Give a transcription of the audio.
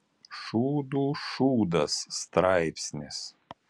šūdų šūdas straipsnis